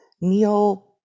Neil